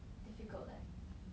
difficult leh